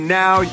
now